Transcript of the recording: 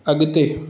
अॻिते